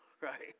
Right